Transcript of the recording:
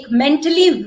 mentally